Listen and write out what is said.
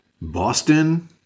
Boston